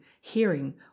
hearing